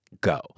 Go